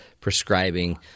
Prescribing